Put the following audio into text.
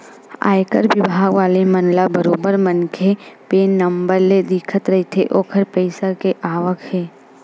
आयकर बिभाग वाले मन ल बरोबर मनखे के पेन नंबर ले दिखत रहिथे ओखर पइसा के आवक ह